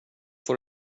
får